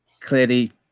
clearly